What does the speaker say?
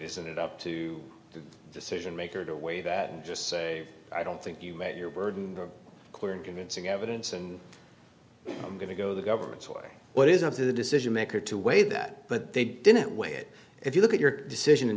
isn't it up to the decision maker to weigh that just so i don't think you made your burden clear and convincing evidence and i'm going to go the government story what is of the decision maker to weigh that but they didn't weigh it if you look at your decision and